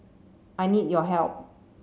I need your help